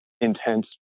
intense